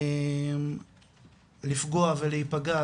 לפגוע ולהיפגע,